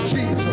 Jesus